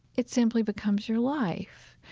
it simply becomes your life.